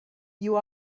you